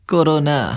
Corona